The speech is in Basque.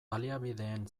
baliabideen